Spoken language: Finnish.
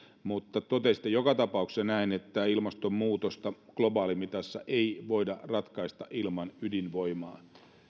mutta totesitte joka tapauksessa että ilmastonmuutosta globaalimitassa ei voida ratkaista ilman ydinvoimaa